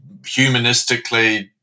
humanistically